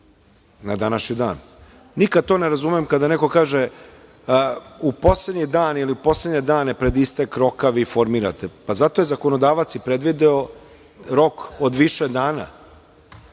na današnji dan. Nikad to ne razumem kada neko kaže u poslednje dane - pred istek roka vi formirate. Pa, zato je zakonodavac i predvideo rok od više dana.